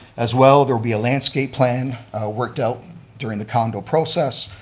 as well, there be a landscape plan worked out during the condo process,